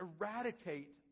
eradicate